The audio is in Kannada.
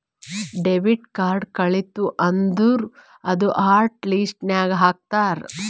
ಡೆಬಿಟ್ ಕಾರ್ಡ್ ಕಳಿತು ಅಂದುರ್ ಅದೂ ಹಾಟ್ ಲಿಸ್ಟ್ ನಾಗ್ ಹಾಕ್ತಾರ್